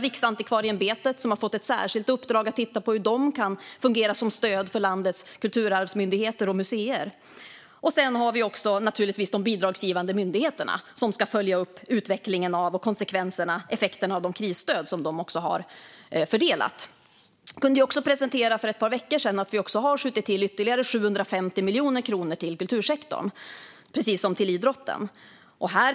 Riksantikvarieämbetet har fått ett särskilt uppdrag att titta på hur de kan fungera som stöd för landets kulturarvsmyndigheter och museer. Sedan har vi de bidragsgivande myndigheterna, som ska följa upp utvecklingen, konsekvenserna och effekterna av de krisstöd som de har fördelat. Vi kunde för ett par veckor sedan presentera att vi har skjutit till ytterligare 750 miljoner kronor till kultursektorn, precis som till idrotten.